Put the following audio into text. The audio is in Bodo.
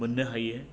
मोननो हायो